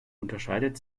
unterscheidet